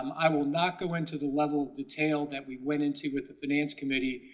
um i will not go into the level detail that we went into with the finance committee,